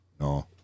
no